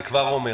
אני כבר אומר,